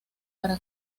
para